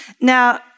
Now